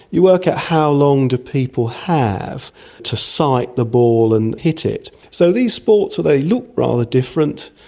you work out how long do people have to sight the ball and hit it. so these sports, they look rather different,